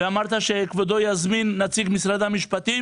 ואמרת שכבודו יזמין נציג משרד המשפטים?